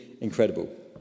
incredible